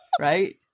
right